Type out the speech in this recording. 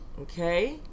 okay